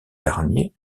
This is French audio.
garnier